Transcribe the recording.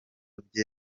bye